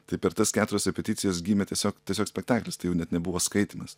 tai per tas keturias repeticijas gimė tiesiog tiesiog spektaklis tai jau net nebuvo skaitymas